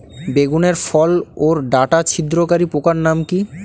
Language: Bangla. বেগুনের ফল ওর ডাটা ছিদ্রকারী পোকার নাম কি?